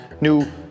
new